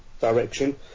direction